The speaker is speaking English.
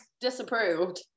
disapproved